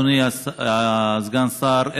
אדוני סגן השר,